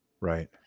right